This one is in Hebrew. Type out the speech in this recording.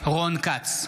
רון כץ,